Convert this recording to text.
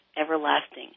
everlasting